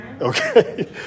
Okay